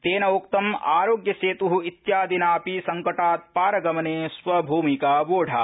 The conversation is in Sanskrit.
तेन उक्तं आरोग्य सेत् इत्यादिनापि संकटात् पारगमने स्वभूमिका वोढा